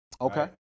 Okay